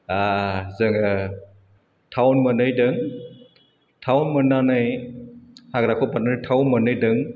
आह जोङो टाउन मोनहैदों टाउन मोन्नानै हाग्राखौ बारनानै टाउन मोनहैदों